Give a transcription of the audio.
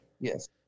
Yes